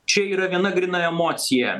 čia yra viena gryna emocija